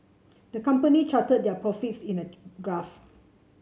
the company charted their profits in a graph